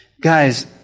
Guys